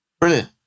brilliant